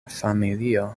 familio